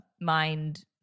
mind